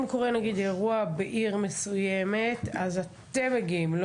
אם קורה נגיד אירוע בעיר מסוימת אז אתם מגיעים,